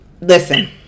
Listen